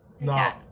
No